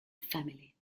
family